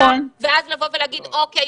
ואז לבוא ולהגיד: אוקיי,